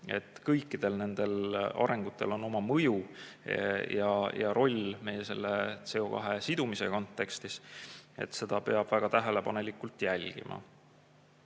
Kõikidel nendel arengusuundadel on oma mõju ja roll meie selle CO2sidumise kontekstis ning seda peab väga tähelepanelikult jälgima.